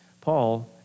Paul